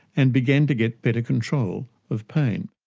and began to get better control of pain.